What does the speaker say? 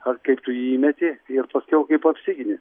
ar kaip tu jį įmeti ir paskiau kaip apsigini